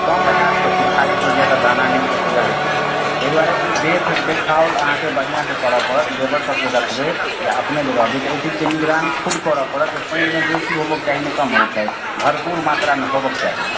कम हाएत तऽ सुखाड़े पड़ि जएत तऽ दाना नहि पुष्टगर होयतै तहि दुआरे ओ देख देखाओल अहाँके बढ़िआँ से करऽ पड़त लेबर सब जे रखबै या अपने जे रहबै तऽ एहि चीजके निगरानी खुद करऽ पड़त जे पानि नहि बेसी होबऽके चाही नहि कम होबऽके चाही भरपूर मात्रामे होबक चाही